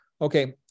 Okay